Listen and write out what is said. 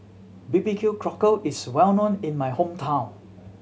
B B Q Cockle is well known in my hometown